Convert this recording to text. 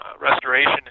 restoration